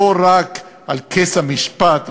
לא רק על כס המשפט,